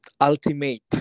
ultimate